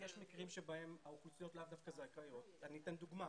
יש מקרים בהם האוכלוסיות לאו דווקא זכאיות ואני אתן דוגמה.